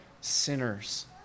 sinners